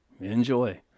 Enjoy